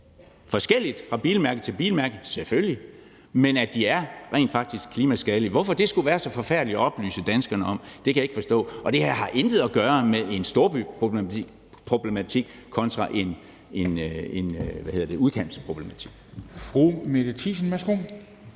forskelligt fra bilmærke til bilmærke, selvfølgelig, men at de rent faktisk er klimaskadelige. Hvorfor det skulle være så forfærdeligt at oplyse danskerne om, kan jeg ikke forstå, og det har intet at gøre med en storbyproblematik kontra en udkantsproblematik.